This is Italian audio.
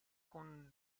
con